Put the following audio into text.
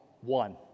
one